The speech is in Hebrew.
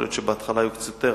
יכול להיות שבהתחלה היו קצת יותר,